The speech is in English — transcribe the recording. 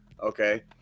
okay